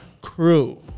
crew